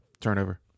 turnover